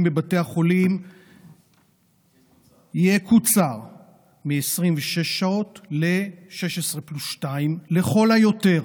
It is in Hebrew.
בבתי החולים יקוצר מ-26 שעות ל-16 פלוס 2 לכל היותר.